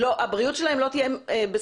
הבריאות שלהם לא תהיה בסכנה.